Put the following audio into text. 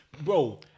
bro